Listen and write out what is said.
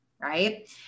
right